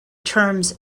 terms